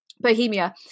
bohemia